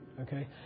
okay